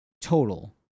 total